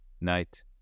night